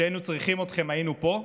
כשהיינו צריכים אתכם היינו פה,